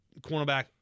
cornerback